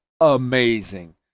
Amazing